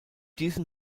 diesem